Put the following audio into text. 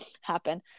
happen